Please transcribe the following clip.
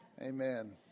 Amen